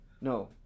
no